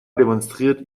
demonstriert